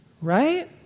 Right